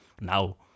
now